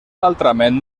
altrament